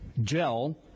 gel